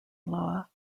loa